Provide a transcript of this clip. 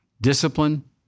discipline